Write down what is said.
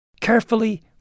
carefully